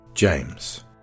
James